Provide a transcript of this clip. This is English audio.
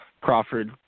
Crawford